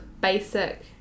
basic